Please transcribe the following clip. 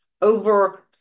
Over